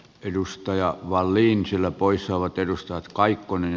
edustaja wallin sillä pois saavat edelleen odottaa